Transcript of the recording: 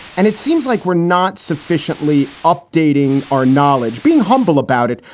and it seems like we're not sufficiently updating our knowledge, being humble about it,